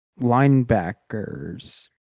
Linebackers